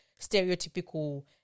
stereotypical